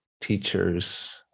teachers